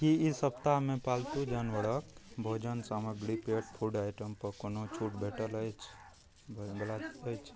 कि ई सप्ताहमे पालतू जानवरके भोजन सामग्रीपर फ़ूड आइटमपर कोनो छूट भेटल अछि भेटैवला अछि